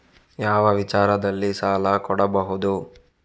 ಯಾವ ವಿಚಾರದಲ್ಲಿ ಸಾಲ ಕೊಡಬಹುದು?